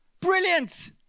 Brilliant